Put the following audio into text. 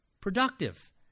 productive